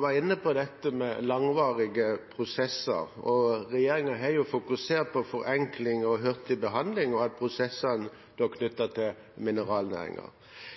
var inne på dette med langvarige prosesser. Regjeringen har jo fokusert på forenkling og hurtig behandling og prosessene knyttet til